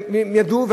והם ידעו,